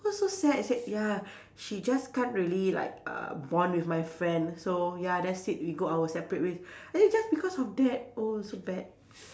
why so sad he said ya she just can't really like uh bond with my friend so ya that's it we go our separate way then just because of that oh so bad